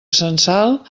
censal